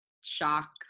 shock